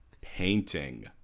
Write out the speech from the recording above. painting